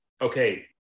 okay